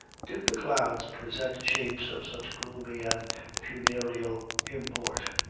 did the clouds present shapes of such gloomy and funereal import.